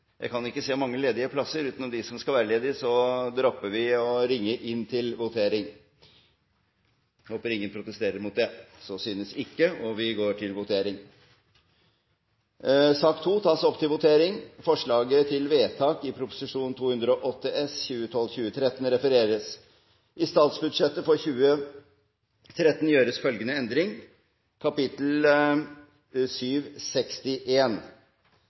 jeg kan ikke se mange ledige plasser utenom dem som skal være ledige – dropper vi å ringe inn til votering. Jeg håper ingen protesterer mot det. – Så synes ikke å være tilfelle, og vi går til votering. Det voteres over forslaget til vedtak i Prop. 208 S